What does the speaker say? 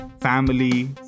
Family